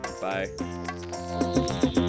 bye